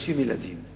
"מגרשים ילדים".